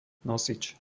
nosič